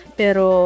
pero